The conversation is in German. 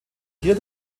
hier